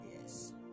Yes